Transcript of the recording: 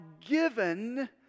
given